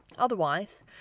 Otherwise